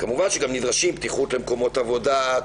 כמובן שנדרשים גם פתיחות למקומות עבודה,